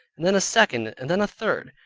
and then a second, and then a third,